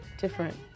different